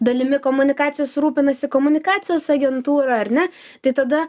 dalimi komunikacijos rūpinasi komunikacijos agentūra ar ne tai tada